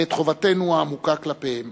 ואת חובתנו העמוקה כלפיהם.